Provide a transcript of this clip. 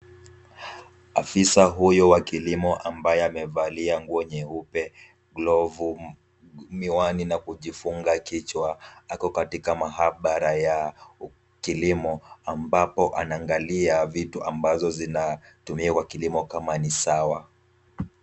Afisa huyu wa kilimo ambaye amevalia nguo nyeupe, glovu, miwani na kujifunga kichwa ako katika maabara ya kilimo ambapo anaangalia vitu ambazo zinatumiwa kwa kilimo kama ni sawa.